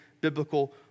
biblical